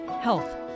health